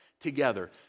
together